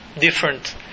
different